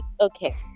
Okay